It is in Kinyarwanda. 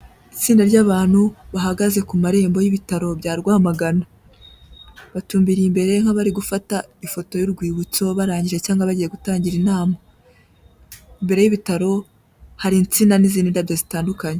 Itsinda ry'abantu bahagaze ku marembo y'ibitaro bya Rwamagana. Batumbiriye imbere nk'abari gufata ifoto y'urwibutso barangije cyangwa bagiye gutangira inama. Imbere y'ibitaro hari insina n'izindi ndabyo zitandukanye.